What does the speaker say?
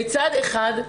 מצד אחד,